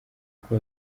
uko